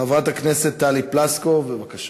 חברת הכנסת טלי פלסקוב, בבקשה.